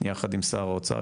יחד עם שר האוצר,